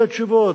לתת תשובות.